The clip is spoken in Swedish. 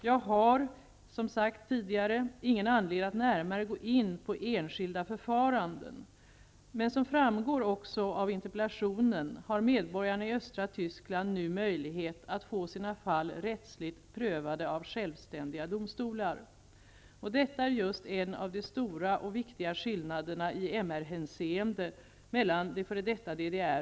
Jag har, som sagt, ingen anledning att närmare gå in på enskilda förfaranden. Men som framgår också av interpellationen har medborgarna i östra Tyskland nu möjlighet att få sina fall rättsligt prövade av självständiga domstolar. Och detta är just en av de stora och viktiga skillnaderna i MR-hänseende mellan det f.d. DDR